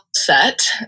Set